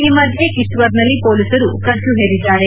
ಈ ಮಧ್ಯೆ ಕಿತ್ತವರ್ನಲ್ಲಿ ಪೊಲೀಸರು ಕರ್ಪ್ಯೂ ಹೇರಿದ್ದಾರೆ